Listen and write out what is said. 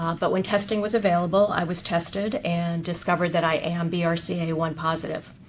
um but when testing was available, i was tested and discovered that i am b r c a one positive.